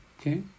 Okay